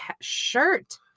shirt